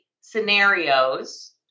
scenarios